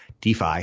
DeFi